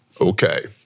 Okay